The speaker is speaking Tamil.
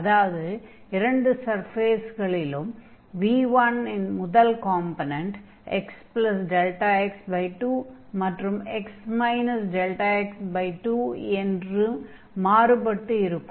அதாவது இரண்டு சர்ஃபேஸ்களிலும் v1 ன் முதல் காம்பொனென்ட் xδx2 என்றும் x δx2 என்றும் மாறுபட்டு இருக்கும்